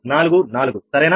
0244 సరేనా